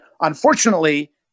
Unfortunately